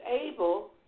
able